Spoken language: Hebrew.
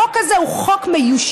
החוק הזה הוא חוק מיושן,